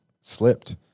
slipped